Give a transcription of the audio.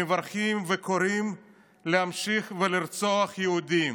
מברכים וקוראים להמשיך ולרצוח יהודים.